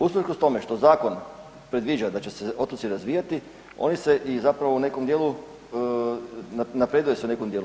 Usprkos tome što zakon predviđa da će se otoci razvijati oni se i zapravo u nekom dijelu, napreduje se u nekom dijelu.